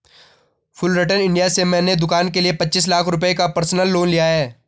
Fullerton India से मैंने दूकान के लिए पचीस लाख रुपये का पर्सनल लोन लिया है